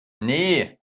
nee